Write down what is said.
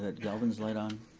ah galvin's light on.